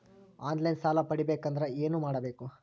On line ಸಾಲ ಪಡಿಬೇಕಂದರ ಏನಮಾಡಬೇಕು?